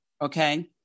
Okay